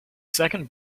second